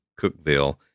Cookville